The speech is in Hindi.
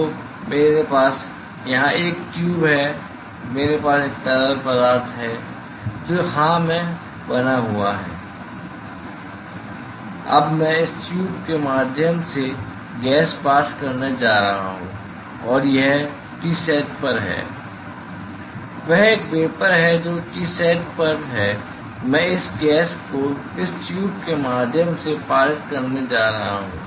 तो मेरे पास यहां एक ट्यूब है मेरे पास एक तरल पदार्थ है जो हां में बना हुआ है अब मैं इस ट्यूब के माध्यम से गैस पास करने जा रहा हूं और यह Tsat पर है वह एक वेपर है जो Tsat पर है मैं इस गैस को इस ट्यूब के माध्यम से पारित करने जा रहा हूं